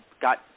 got